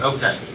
Okay